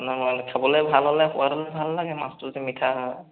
নহয় খাবলৈ ভাল হ'লে সোৱাদ হ'লে ভাল লাগে মাছটো মিঠা হয়